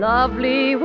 Lovely